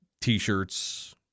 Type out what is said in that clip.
t-shirts